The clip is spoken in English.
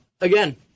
again